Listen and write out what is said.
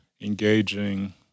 engaging